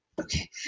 Okay